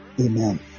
Amen